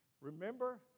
Remember